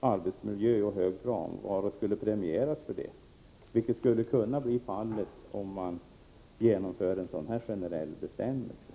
arbetsmiljö och hög frånvaro skulle premieras för det — vilket skulle kunna bli fallet om man inför en generell bestämmelse.